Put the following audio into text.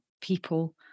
people